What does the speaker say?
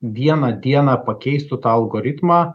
vieną dieną pakeistų tą algoritmą